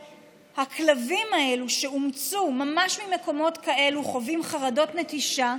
והכלבים האלה שאומצו ממש ממקומות כאלה חווים חרדות נטישה.